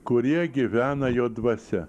kurie gyvena jo dvasia